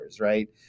right